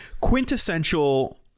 quintessential